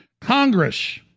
Congress